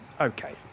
Okay